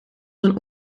zijn